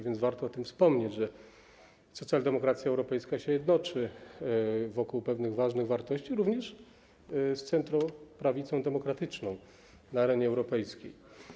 Warto o tym wspomnieć, że socjaldemokracja europejska jednoczy się wokół pewnych ważnych wartości również z centroprawicą demokratyczną na arenie europejskiej.